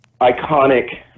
iconic